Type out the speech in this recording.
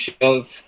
Shields